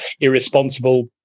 irresponsible